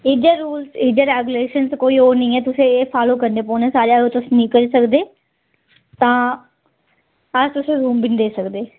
इद्धर रूल्स इद्धर रेगुलेशंस च कोई ओह् नि ऐ तुस एह् फालो करने पौने सारे अगर तुस नि करी सकदे तां अस तुसेंगी रूम बी नि देई सकदे